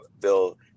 bill